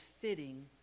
fitting